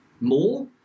more